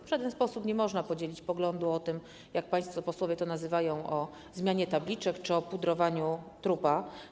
W żaden sposób nie można podzielić poglądu, że jest to, jak państwo posłowie to nazywają, zmiana tabliczek czy pudrowanie trupa.